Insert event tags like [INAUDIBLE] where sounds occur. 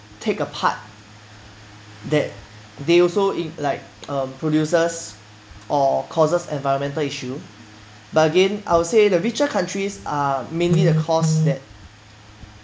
take a part that they also in like [NOISE] um produces or causes environmental issue but again I'll say the richer countries are mainly the cause that